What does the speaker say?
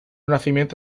nacimiento